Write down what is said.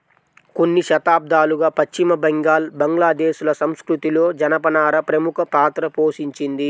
కొన్ని శతాబ్దాలుగా పశ్చిమ బెంగాల్, బంగ్లాదేశ్ ల సంస్కృతిలో జనపనార ప్రముఖ పాత్ర పోషించింది